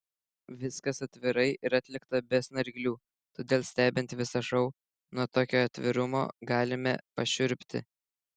viskas atvirai ir atlikta be snarglių todėl stebint visą šou nuo tokio atvirumo galime pašiurpti